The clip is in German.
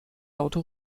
laute